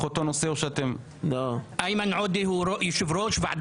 אני לא חושב עם רע"מ.